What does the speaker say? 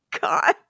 God